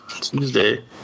Tuesday